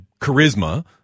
charisma